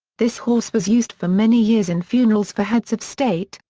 this horse was used for many years in funerals for heads of state,